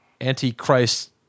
antichrist